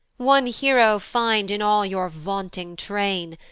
one hero find in all your vaunting train,